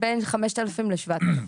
בין 5,000 ל-7,000.